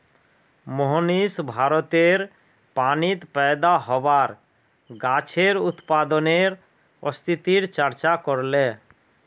मोहनीश भारतेर पानीत पैदा होबार गाछेर उत्पादनेर स्थितिर चर्चा करले